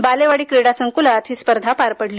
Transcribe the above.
बालेवाडी क्रीडासंक्लात ही स्पर्धा पार पडली